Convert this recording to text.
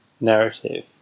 narrative